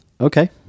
Okay